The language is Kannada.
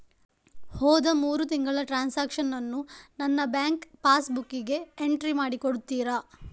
ಹೋದ ಮೂರು ತಿಂಗಳ ಟ್ರಾನ್ಸಾಕ್ಷನನ್ನು ನನ್ನ ಬ್ಯಾಂಕ್ ಪಾಸ್ ಬುಕ್ಕಿಗೆ ಎಂಟ್ರಿ ಮಾಡಿ ಕೊಡುತ್ತೀರಾ?